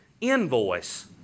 invoice